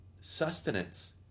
sustenance